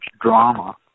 drama